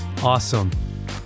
Awesome